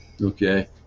Okay